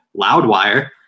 Loudwire